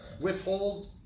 withhold